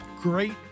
great